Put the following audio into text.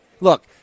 Look